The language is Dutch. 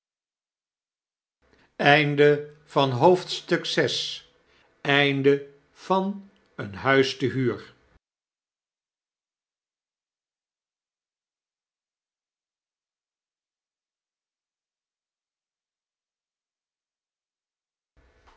een huis te huur